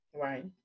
Right